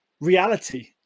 reality